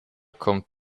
kommt